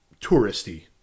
touristy